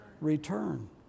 Return